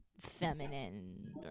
feminine